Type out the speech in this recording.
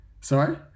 Sorry